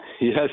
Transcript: Yes